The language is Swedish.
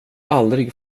aldrig